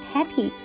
Happy